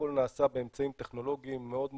הכול נעשה באמצעים טכנולוגיים מאוד מורכבים,